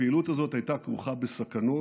הפעילות הזאת הייתה כרוכה בסכנות,